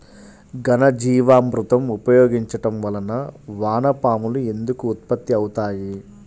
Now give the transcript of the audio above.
ఘనజీవామృతం ఉపయోగించటం వలన వాన పాములు ఎందుకు ఉత్పత్తి అవుతాయి?